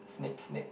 snip snip